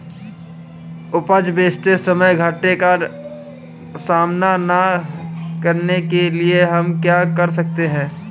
उपज बेचते समय घाटे का सामना न करने के लिए हम क्या कर सकते हैं?